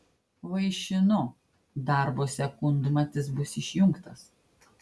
vaišinu darbo sekundmatis bus išjungtas